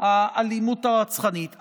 האלימות הרצחנית,